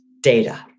data